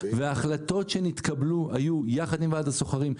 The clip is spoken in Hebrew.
והחלטות שנתקבלו היו יחד עם ועד השוכרים,